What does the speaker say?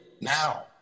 now